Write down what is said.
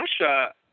Russia –